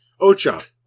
Ocha